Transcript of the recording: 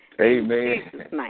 Amen